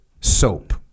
soap